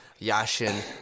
yashin